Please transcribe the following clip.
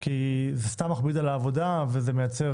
כי זה סתם מכביד על העבודה וזה מייצר